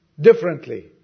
differently